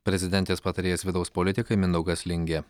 prezidentės patarėjas vidaus politikai mindaugas lingė